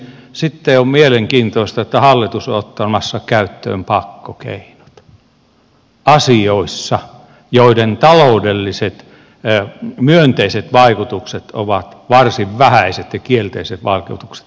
sitten on mielenkiintoista että hallitus on ottamassa käyttöön pakkokeinot asioissa joiden taloudelliset myönteiset vaikutukset ovat varsin vähäiset ja kielteiset vaikutukset merkittävät